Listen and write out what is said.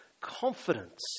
confidence